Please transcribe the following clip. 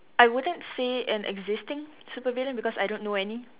I wouldn't say an existing super villain because I don't know any